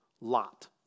Lot